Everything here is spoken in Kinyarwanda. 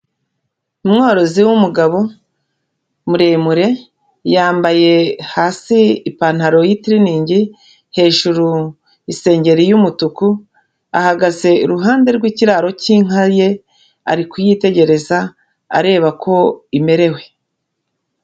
Umworozi w'umugabo muremure yambaye hasi ipantaro y'itiriningi hejuru isengeri y'umutuku ahagaze iruhande rw'ikiraro cy'inka ye ari kuyitegereza areba uko imerewe.